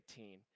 18